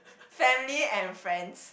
family and friends